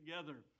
together